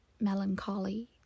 melancholy